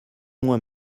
moins